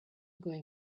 going